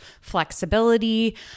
flexibility